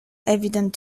evident